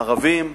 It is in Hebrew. ערבים,